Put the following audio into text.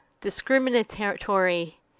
discriminatory